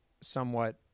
somewhat